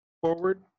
forward